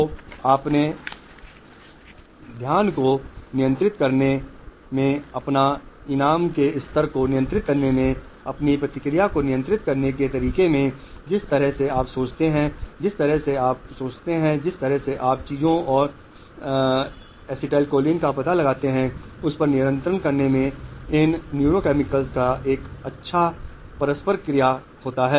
तो अपने ध्यान को नियंत्रित करने में अपने इनाम के स्तर को नियंत्रित करने में अपनी प्रतिक्रिया को नियंत्रित करने के तरीके में जिस तरह से आप सोचते हैं और एसिटाइलकोलाइन का पता लगाते हैं उस पर नियंत्रण करने में इन न्यूरोकेमिकल्स का एक अच्छा परस्पर क्रिया है